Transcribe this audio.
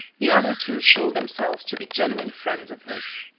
the other two showed themselves to be genuine friends of his.